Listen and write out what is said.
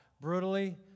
brutally